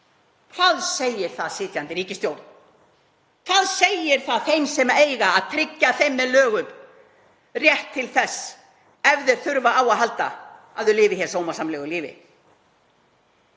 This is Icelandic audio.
Hvað segir það sitjandi ríkisstjórn, hvað segir það þeim sem eiga að tryggja þessu fólki með lögum rétt til þess, ef það þarf á að halda, að lifa sómasamlegu lífi?